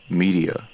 media